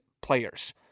players